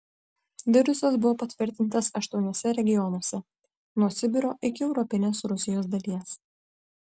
virusas buvo patvirtintas aštuoniuose regionuose nuo sibiro iki europinės rusijos dalies